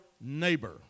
neighbor